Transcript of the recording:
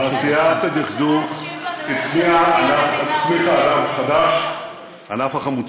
לנאום, תעשיית הדכדוך הצמיחה ענף חדש,